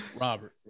Robert